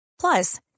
Plus